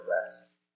rest